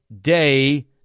day